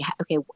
okay